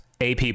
AP